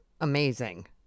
amazing